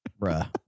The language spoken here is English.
Bruh